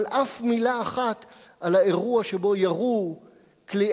אבל אף מלה אחת על האירוע שבו ירו קליעי